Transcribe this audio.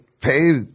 pay